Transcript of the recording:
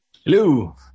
Hello